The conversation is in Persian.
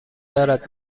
دارد